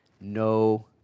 no